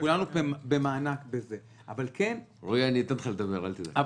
רועי, אני אתן לך לדבר, אל תדאג.